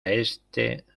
este